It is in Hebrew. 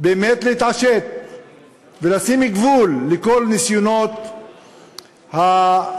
באמת להתעשת ולשים גבול לכל ניסיונות ההתקפה